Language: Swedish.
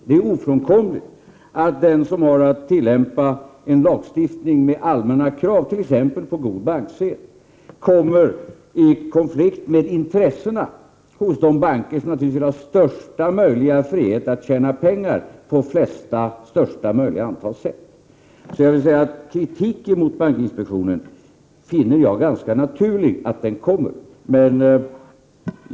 Det är ofrånkomligt att den som har att tillämpa en lagstiftning med allmänna krav, t.ex. kravet på god banksed, kommer i konflikt med de banker i vilkas intresse det naturligtvis ligger att ha största möjliga frihet att tjäna pengar på största möjliga antal sätt. Jag finner det därför ganska naturligt att det kommer kritik mot bankinspektionen.